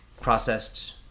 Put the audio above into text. processed